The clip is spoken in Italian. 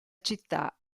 città